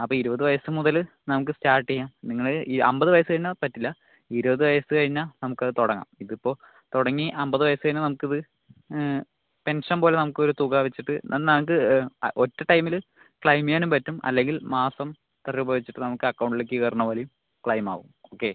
അപ്പം ഇരുപത് വയസ് മുതല് നമുക്ക് സ്റ്റാർട്ട് ചെയ്യാം നിങ്ങള് ഈ അമ്പത് വയസ് കഴിഞ്ഞാൽ പറ്റില്ല ഇരുപത് വയസ് കഴിഞ്ഞാൽ നമക്കത് തുടങ്ങാം ഇതിപ്പോൾ തുടങ്ങി അമ്പത് വയസ് കഴിഞ്ഞാൽ നമുക്കിത് പെൻഷൻ പോലെ നമുക്കൊരു തുക വെച്ചിട്ട് എന്ന നമുക്ക് ഒറ്റ ടൈമില് ക്ളൈമ് ചെയ്യാനും പറ്റും അല്ലെങ്കിൽ മാസം ഇത്ര രൂപ വെച്ചിട്ട് നമുക്ക് അക്കൗണ്ടിലേക്ക് കേറ്ണ പോലെയും ക്ളൈമാകും ഓക്കെ